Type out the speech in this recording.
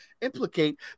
implicate